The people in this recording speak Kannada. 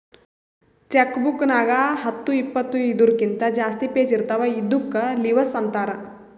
ಚೆಕ್ ಬುಕ್ ನಾಗ್ ಹತ್ತು ಇಪ್ಪತ್ತು ಇದೂರ್ಕಿಂತ ಜಾಸ್ತಿ ಪೇಜ್ ಇರ್ತಾವ ಇದ್ದುಕ್ ಲಿವಸ್ ಅಂತಾರ್